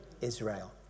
Israel